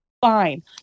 Fine